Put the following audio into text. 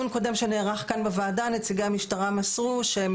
שנערך כאן בוועדה נציגי המשטרה מסרו שהם